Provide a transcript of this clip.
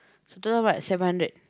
so total how much seven hundred